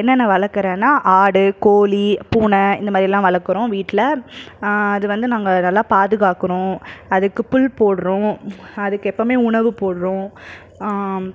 என்னென்ன வளர்க்கறேன்னா ஆடு கோழி பூனை இந்த மாரியெல்லாம் வளர்க்கறோம் வீட்டில அது வந்து நாங்கள் நல்லா பாதுகாக்கணும் அதுக்கு புல் போடுறோம் அதுக்கு எப்போமே உணவு போடுகிறோம்